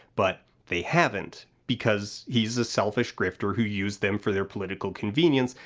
but they haven't, because he's a selfish grifter who used them for their political convenience,